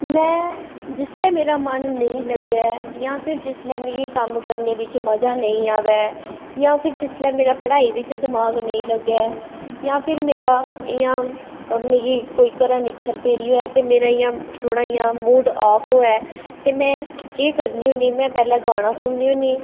में जिसलै मेरा मन नेईं लग्गे जां फिर जिसलै मिगी कम्म करने बिच्च मजा नेईं आवै जां फिर जिसलै मेरा पढ़ाई बिच्च दमाग नेईं लग्गे जां फिर मेरा इ'यां मिगी घरा कोई निक्खर पेदी होऐ ते मेरा इ'यां थोह्ड़ा इ'यां मूड आफ होऐ ते में केह् करनी होन्नी में पैह्ले गाना सुननी होन्नी